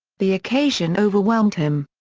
the occasion overwhelmed him.